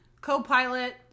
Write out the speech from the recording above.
Co-pilot